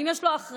האם יש לו אחריות